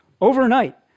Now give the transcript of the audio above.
Overnight